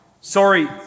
sorry